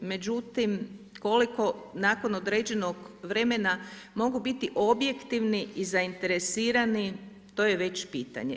Međutim, koliko nakon određenog vremena, mogu biti objektivni zainteresirani, to je već pitanje.